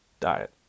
diet